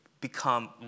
become